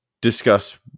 discuss